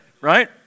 right